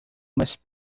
must